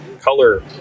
color